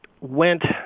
went